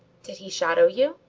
did he shadow you?